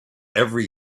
every